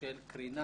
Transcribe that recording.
של קרינה